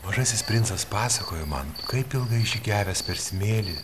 mažasis princas pasakojo man kaip ilgai žygiavęs per smėlį